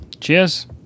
Cheers